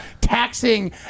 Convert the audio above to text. taxing